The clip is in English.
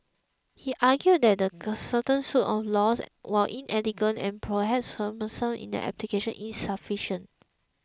he argued that the current suite of laws while inelegant and perhaps cumbersome in their application is sufficient